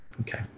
Okay